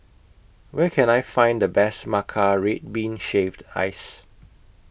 Where Can I Find The Best Matcha Red Bean Shaved Ice